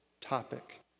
topic